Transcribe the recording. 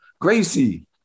Gracie